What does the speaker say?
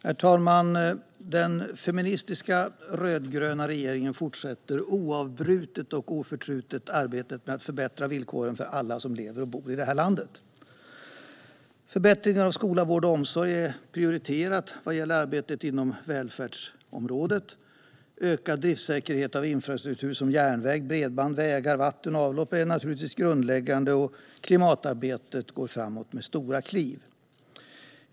Herr talman! Den feministiska rödgröna regeringen fortsätter oavbrutet och oförtrutet arbetet med att förbättra villkoren för alla som lever och bor i det här landet. Förbättringar av skola, vård och omsorg är prioriterade vad gäller arbetet inom välfärdsområdet. Ökad driftssäkerhet för infrastruktur som järnväg, bredband, vägar, vatten och avlopp är naturligtvis grundläggande, och klimatarbetet går framåt med stora kliv.